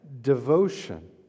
devotion